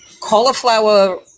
Cauliflower